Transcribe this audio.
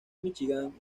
míchigan